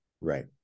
Right